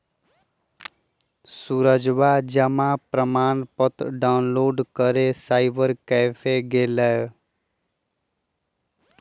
सूरजवा जमा प्रमाण पत्र डाउनलोड करे साइबर कैफे गैलय